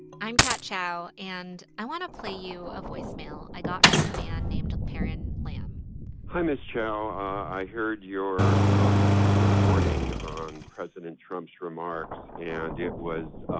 i'm kat chow, and i want to play you a voicemail i got from a man named paran lamb hi, ms. chow. i heard your um reporting on president trump's remarks, and it was ah